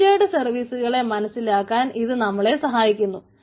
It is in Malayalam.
മീറ്റേട് സർവീസുകളെ മനസ്സിലാക്കാൻ ഇത് നമ്മളെ സഹായിക്കുന്നു